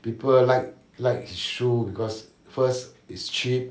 people like like his shoe because first it's cheap